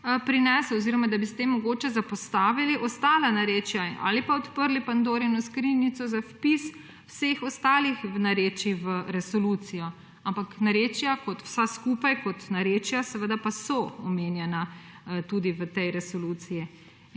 prinesel oziroma, da bi s tem mogoče zapostavili ostala narečja, ali pa odprli Pandorino skrinjico za vpis vseh ostalih narečij v resolucijo. Ampak narečja, kot vsa skupaj, kot narečja, seveda pa so omenjena tudi v tej resoluciji.